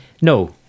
No